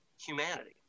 humanity